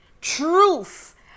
truth